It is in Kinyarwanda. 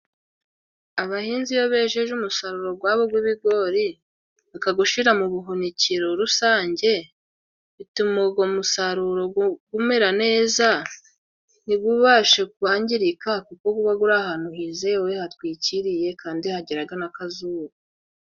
Abahinzi iyo bejeje umusaruro gwabo gw'ibigori. Bakagushira mu buhunikero rusange bituma ugo musaruro gumera neza, ntigubashe kwangirika kuko guba guri ahantu hizewe, hatwikiriye kandi hageraga n'akazuba.